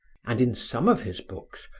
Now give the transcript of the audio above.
and in some of his books,